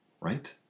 Right